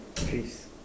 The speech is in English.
Chris